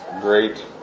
great